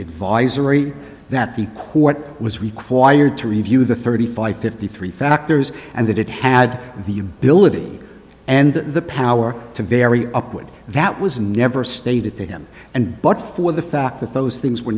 advisory that the quote was required to review the thirty five fifty three factors and that it had the ability and the power to vary up would that was never stated to him and but for the fact that those things were